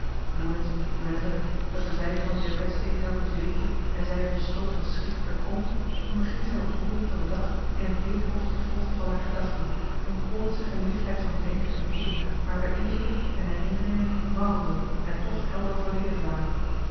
woelend wentelend dat de zijplank der bedsteê telkens wipte en zij op den stoot van schrik verkromp onderging zij de ontroering van den dag in een heethoofdig vlotten van haar gedachten een koortsige lichtheid van denken en voelen waarbij indrukken en herinneringen warrelden en toch helder volledig waren